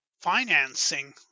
financing